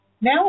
now